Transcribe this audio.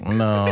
no